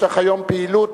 יש לך היום פעילות